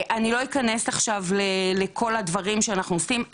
עכשיו ננסה לקצר, כי הדוברים פה, הזמן קצר.